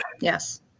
Yes